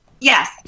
Yes